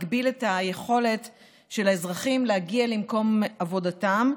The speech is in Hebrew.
הגביל את היכולת של האזרחים להגיע למקום עבודתם,